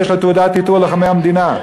יש לו תעודת עיטור לוחמי המדינה.